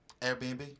Airbnb